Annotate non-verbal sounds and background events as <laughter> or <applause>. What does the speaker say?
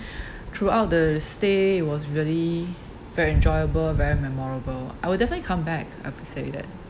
<breath> throughout the stay was really very enjoyable very memorable I will definitely come back I have to say that